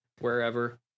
wherever